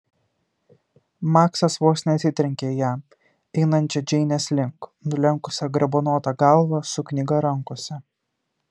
maksas vos neatsitrenkė į ją einančią džeinės link nulenkusią garbanotą galvą su knyga rankose